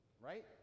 right